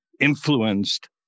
influenced